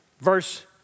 Verse